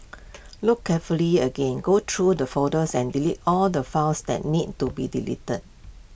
look carefully again go through the folders and delete all the files that need to be deleted